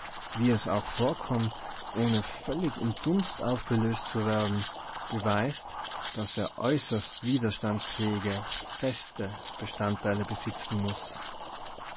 wie es auch vorkommt ohne völlig in dunst aufgelöst zu werden beweist daß er äußerst widerstandsfähige feste bestandteile besitzen muß